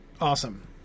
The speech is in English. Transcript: Awesome